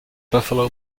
buffalo